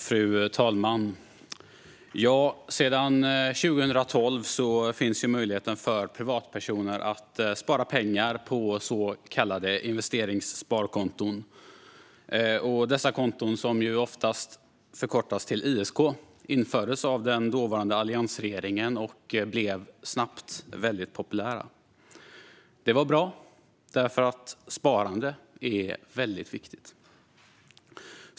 Fru talman! Sedan 2012 finns möjligheten för privatpersoner att spara pengar på så kallade investeringssparkonton. Dessa konton, som oftast förkortas till ISK, infördes av den dåvarande alliansregeringen och blev snabbt väldigt populära. Det var bra, därför att sparande är väldigt viktigt.